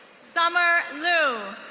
summer lu.